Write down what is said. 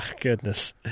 goodness